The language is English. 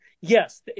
yes